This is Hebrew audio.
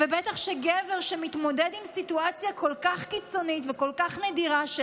ובטח שעל גבר שמתמודד עם סיטואציה כל כך קיצונית וכל כך נדירה,